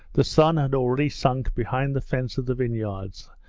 the sun had already sunk behind the fence of the vineyards,